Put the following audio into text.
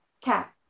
cat